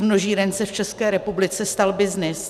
Z množíren se v České republice stal byznys.